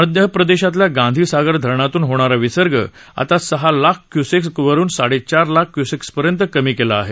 मध्य प्रदेशातल्या गांधी सागर धरणातून होणारा विसर्ग आता सहा लाख क्यसेक्स वरून साडेचार लाख क्यसेक्सपर्यंत कमी केला आहे